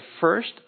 first